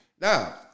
now